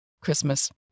Christmas